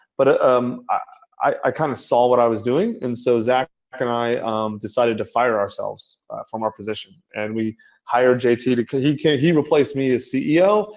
but ah um i kind of saw what i was doing. and so zach and i decided to fire ourselves from our positions. and we hired jt, because he he replaced me as ceo.